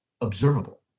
observable